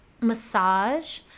massage